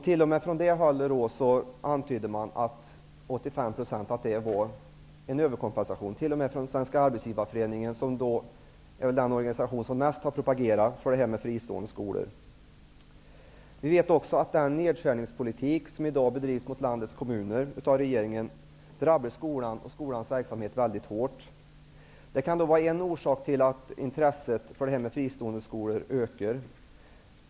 T.o.m. från detta håll antydde man att 85 % var en överkompensation. Svenska arbetsgivareföreningen är väl den organisation som mest har propagerat för fristående skolor. Vi vet också att den nedskärningspolitik som regeringen i dag bedriver mot landets kommuner drabbar skolan och skolans verksamhet mycket hårt. Det kan vara en orsak till att intresset för fristående skolor ökar.